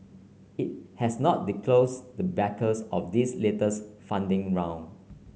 it has not disclose the backers of its latest funding round